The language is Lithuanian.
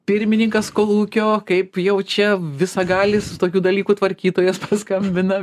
pirmininkas kolūkio kaip jau čia visagalis tokių dalykų tvarkytojas paskambina